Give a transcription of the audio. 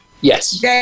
Yes